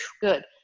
good